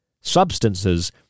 substances